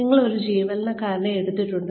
നിങ്ങൾ ഒരു ജീവനക്കാരനെ എടുത്തിട്ടുണ്ട്